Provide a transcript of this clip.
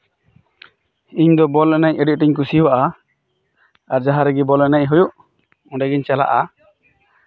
ᱤᱧ ᱫᱚ ᱵᱚᱞ ᱮᱱᱮᱡ ᱟᱹᱰᱤ ᱟᱸᱴ ᱤᱧ ᱠᱩᱥᱤᱭᱟᱜᱼᱟ ᱟᱨ ᱡᱟᱸᱦᱟ ᱨᱮᱜᱮ ᱵᱚᱞ ᱮᱱᱮᱡ ᱦᱩᱭᱩᱜ ᱚᱸᱰᱮ ᱜᱮᱧ ᱪᱟᱞᱟᱜᱼᱟ